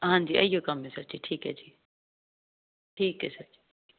ਹਾਂਜੀ ਠੀਕ ਏ ਜੀ ਠੀਕ ਏ ਸਰ